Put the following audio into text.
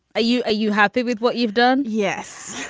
you are you happy with what you've done? yes